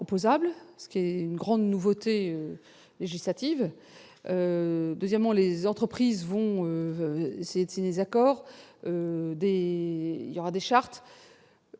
opposable, ce qui constitue une grande nouveauté législative. Par ailleurs, les entreprises vont essayer de signer des accords et il y aura des chartes.